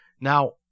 Now